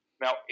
Now